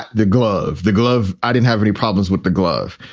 the glove, the glove. i didn't have any problems with the glove.